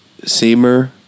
Seamer